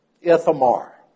Ithamar